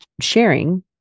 sharing